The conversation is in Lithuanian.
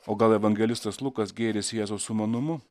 o gal evangelistas lukas gėrisi jėzaus sumanumu